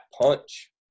punch